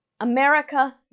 America